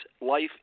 life